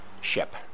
ship